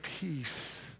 peace